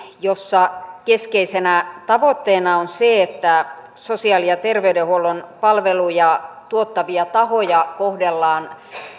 jossa keskeisenä tavoitteena on se että sosiaali ja terveydenhuollon palveluja tuottavia tahoja kohdellaan